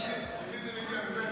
סלימאן, כי זה שני חוקים לדעתי.